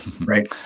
Right